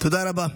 תודה רבה.